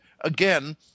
again